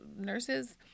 nurses